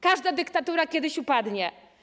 Każda dyktatura kiedyś upadnie.